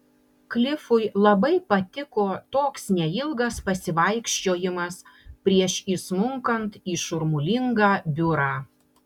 klifui labai patiko toks neilgas pasivaikščiojimas prieš įsmunkant į šurmulingą biurą